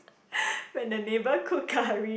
when the neighbour cook curry